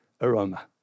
aroma